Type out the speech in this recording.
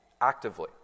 actively